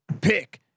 Pick